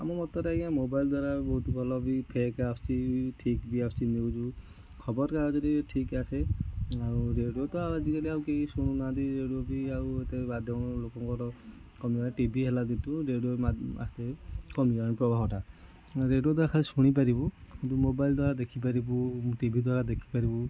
ଆମ ମତରେ ଆଜ୍ଞା ମୋବାଇଲ୍ ଦ୍ୱାରା ବହୁତ ଭଲ ବି ଫେକ୍ ଆସୁଛି ଠିକ୍ ବି ଆସୁଛି ନ୍ୟୁଜ୍ ଖବରକାଗଜରେ ବି ଠିକ୍ ଆସେ ଆଉ ରେଡ଼ିଓ ତ ଆଉ ଆଜି କାଲି ଆଉ କେହି ଶୁଣୁନାହାନ୍ତି ରେଡ଼ିଓ ବି ଆଉ ଏତେ ବାଧ୍ୟମୂଳକ ଲୋକଙ୍କର କମିଗଲାଣି ଟିଭି ହେଲା ଦିନଠୁ ରେଡ଼ିଓ ଆସ୍ତେ କମି ଗଲାଣି ପ୍ରଭାବଟା ରେଡ଼ିଓଟା ଖାଲି ଶୁଣି ପାରିବୁ କିନ୍ତୁ ମୋବାଇଲ୍ ଦ୍ୱାରା ଦେଖିପାରିବୁ ଟିଭି ଦ୍ୱାରା ଦେଖିପାରିବୁ